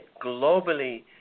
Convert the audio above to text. globally